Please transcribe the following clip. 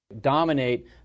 dominate